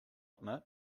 admit